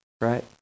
Right